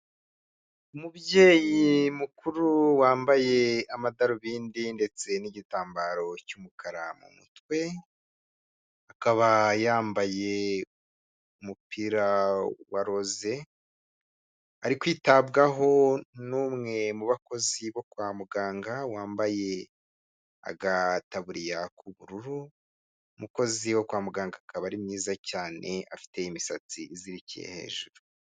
Umubyeyi mukuru, wambaye amadarubindi ndetse n'igitambaro cy'umukara mu mutwe, akaba yambaye umupira wa roze, ari kwitabwaho n'umwe mu bakozi bo kwa muganga, wambaye agataburiya k'ubururu, umukozi wo kwa muganga akaba ari mwiza cyane, afite imisatsi izirikiye hejuru.